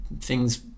thing's